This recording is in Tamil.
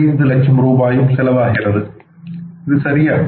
00 லட்சம் ரூபாயும் செலவாகிறது இது சரியா